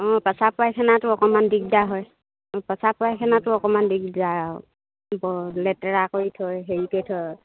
অঁ প্ৰাস্ৰাৱ পায়খানাটো অকণমান দিগদাৰ হয় অঁ প্ৰাস্ৰাৱ পায়খানাটো অকণমান দিগদাৰ আৰু বৰ লেতেৰা কৰি থয় হেৰিকৈ থয়